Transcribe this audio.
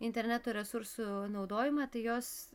interneto resursų naudojimą tai jos